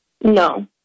No